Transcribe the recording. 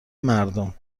مردم